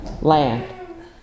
land